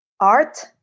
art